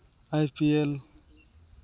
I P L